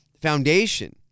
foundation